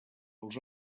els